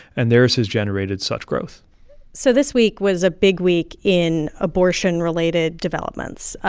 and there's has generated such growth so this week was a big week in abortion-related developments.